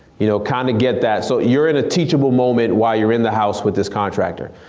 you know kind of get that, so you're in a teachable moment while you're in the house with this contractor.